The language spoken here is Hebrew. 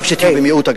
גם כשתהיו במיעוט,